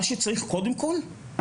תמי,